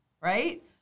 right